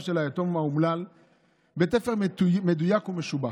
של היתום האומלל בתפר מדויק ומשובח.